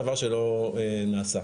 דבר שלא נעשה.